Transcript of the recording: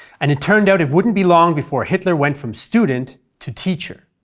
and it turned out it wouldn't be long before hitler went from student to teacher.